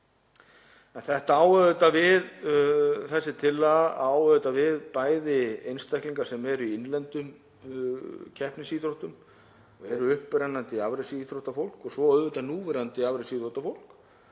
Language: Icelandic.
á bæði við einstaklinga sem eru í innlendum keppnisíþróttum og eru upprennandi afreksíþróttafólk og svo auðvitað núverandi afreksíþróttafólk.